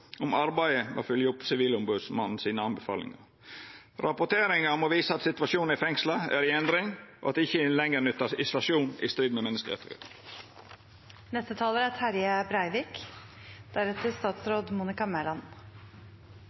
om arbeidet med å fylgja opp tilrådingane frå Sivilombodsmannen. Rapporteringa må visa at situasjonen i fengsla er i endring, og at det ikkje lenger vert nytta isolasjon i strid med menneskerettane. Takk òg frå meg for framifrå saksordførararbeid . Norsk kriminalomsorg er